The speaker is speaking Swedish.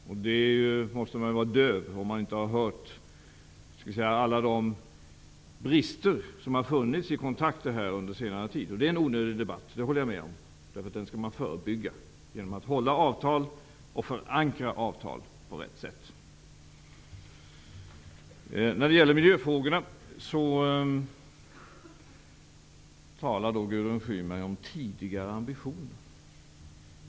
Man måste ha varit döv om man inte har hört talas om alla de brister som har funnits i kontakterna under senare tid. Jag håller med om att det är en onödig debatt. Den skall förebyggas genom att avtal skall hållas och förankras på bästa sätt. När det gäller miljöfrågor talar Gudrun Schyman om tidigare ambitioner.